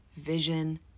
vision